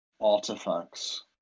artifacts